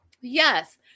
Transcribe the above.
Yes